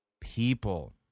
people